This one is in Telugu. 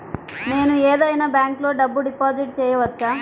నేను ఏదైనా బ్యాంక్లో డబ్బు డిపాజిట్ చేయవచ్చా?